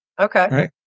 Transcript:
Okay